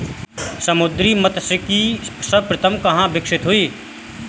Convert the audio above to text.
समुद्री मत्स्यिकी सर्वप्रथम कहां विकसित हुई?